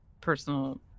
personal